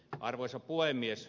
arvoisa puhemies